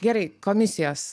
gerai komisijos